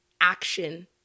action